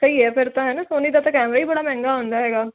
ਸਹੀ ਹੈ ਫਿਰ ਤਾਂ ਹੈ ਨਾ ਸੋਨੀ ਦਾ ਤਾਂ ਕੈਮਰਾ ਹੀ ਬੜਾ ਮਹਿੰਗਾ ਆਉਂਦਾ ਹੈਗਾ